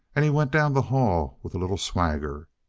and he went down the hall with a little swagger.